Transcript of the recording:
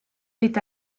est